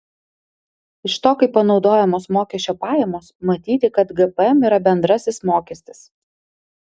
iš to kaip panaudojamos mokesčio pajamos matyti kad gpm yra bendrasis mokestis